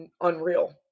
unreal